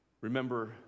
remember